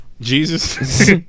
Jesus